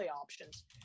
options